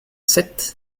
sept